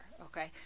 okay